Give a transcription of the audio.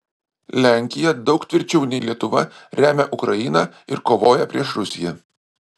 lenkija daug tvirčiau nei lietuva remia ukrainą ir kovoja prieš rusiją